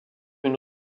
une